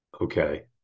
Okay